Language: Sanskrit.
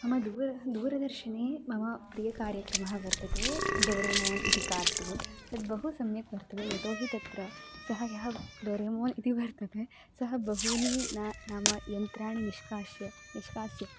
मम दूरदूरदर्शने मम प्रियकार्यक्रमः वर्तते डोरेमोन् इति कार्टून् तद् बहु सम्यक् वर्तते यतो हि तत्र सः यः डोरेमोन् इति वर्तते सः बहूनि न नाम यन्त्राणि निष्कास्य निष्कास्य